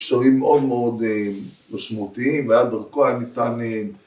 ‫קשרים מאוד מאוד משמעותיים, ‫והיה דרכו היה ניתן...